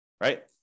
right